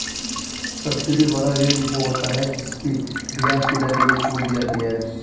subsidy वाला ऋण वो होता है जिसकी ब्याज की दर में छूट दी जाती है